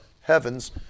heavens